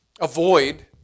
avoid